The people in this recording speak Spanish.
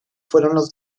fueron